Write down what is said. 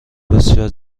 بسیار